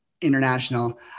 international